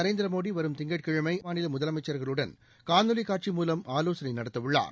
நரேந்திரமோடி வரும் திங்கட்கிழமை அனைத்து மாநில முதலமைச்சள்களுடன் காணொலி காட்சி மூலம் ஆலோசனை நடத்த உள்ளார்